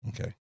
okay